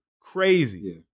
crazy